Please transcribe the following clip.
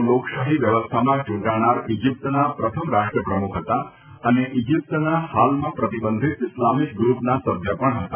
તેઓ લોકશાહી વ્યવસ્થામાં ચૂંટાનાર ઇજીપ્તના પ્રથમ રાષ્ટ્રપ્રમુખ હતા અને ઇજીપ્તના હાલમાં પ્રતિબંધીત ઇસ્લામીક ગ્ર્પના સભ્ય પણ હતા